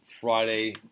Friday